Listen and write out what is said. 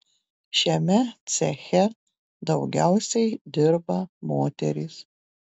šiame ceche daugiausiai dirba moterys